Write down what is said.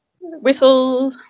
whistle